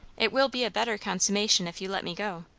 it will be a better consummation, if you let me go.